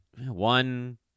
one